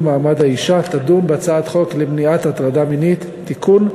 מעמד האישה תדון בהצעת חוק למניעת הטרדה מינית (תיקון,